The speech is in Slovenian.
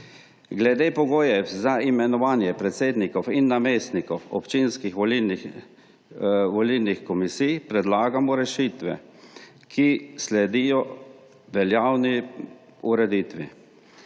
Glede pogojev za imenovanje predsednikov in namestnikov občinskih volilnih komisij predlagamo rešitve, ki sledijo veljavni ureditvi.